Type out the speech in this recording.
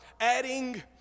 adding